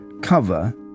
cover